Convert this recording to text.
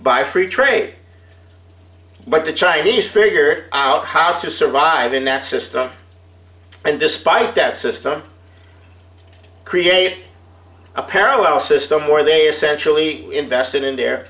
by free trade but the chinese figured out how to survive in that system and despite death system create a parallel system where they essentially invested in their